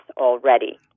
already